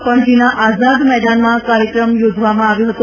પણજીના આઝાદ મેદાનમાં કાર્યક્રમ યોજવામાં આવ્યો હતો